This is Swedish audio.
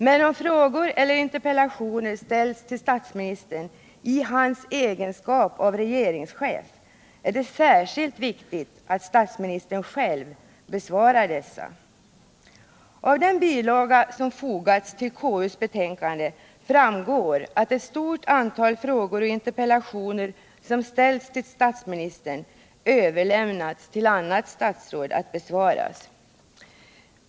Men om frågor eller interpellationer ställs till statsministern i hans egenskap av regeringschef är det särskilt viktigt att statsministern själv besvarar dessa. Av den bilaga som fogats till KU:s betänkande framgår att ett stort antal frågor och interpellationer som ställts till statsministern överlämnats till annat statsråd att besvaras.